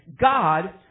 God